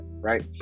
right